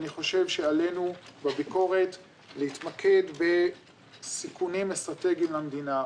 אני חושב שעלינו בביקורת להתמקד בסיכונים אסטרטגיים למדינה,